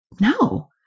no